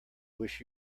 wish